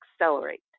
accelerate